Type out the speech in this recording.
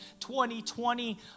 2020